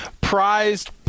prized